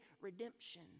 redemption